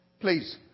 Please